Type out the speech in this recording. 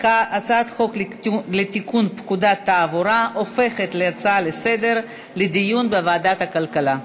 הצעת החוק הופכת להצעה לסדר-היום ותעבור לדיון בוועדת הכלכלה.